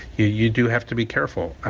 you you do have to be careful.